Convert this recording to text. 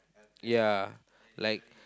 ya like